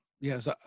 yes